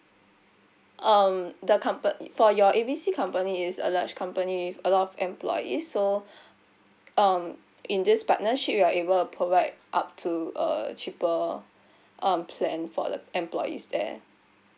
um the company for your A B C company is a large company with a lot of employees so um in this partnership we're able provide up to a cheaper um plan for the employees there